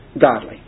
godly